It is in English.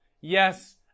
Yes